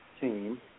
team